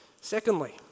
Secondly